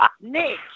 Nick